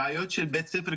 הבעיות של בית הספר,